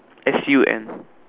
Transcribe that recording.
S U N